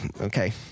Okay